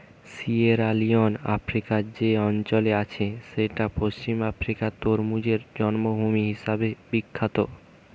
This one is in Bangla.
সিয়েরালিওন আফ্রিকার যে অঞ্চলে আছে সেইটা পশ্চিম আফ্রিকার তরমুজের জন্মভূমি হিসাবে বিখ্যাত